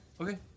Okay